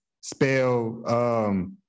spell –